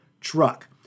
truck